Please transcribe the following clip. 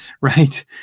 right